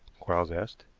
quarles asked.